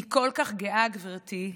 אני כל כך גאה, גברתי,